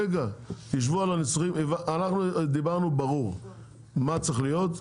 אנחנו דיברנו ברור מה צריך להיות.